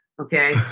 Okay